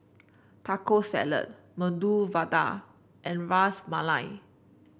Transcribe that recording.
Taco Salad Medu Vada and Ras Malai